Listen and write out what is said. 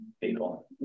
People